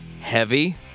heavy